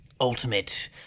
ultimate